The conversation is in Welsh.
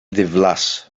ddiflas